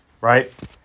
right